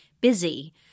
busy